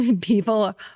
People